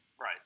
Right